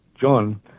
John